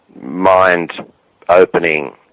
mind-opening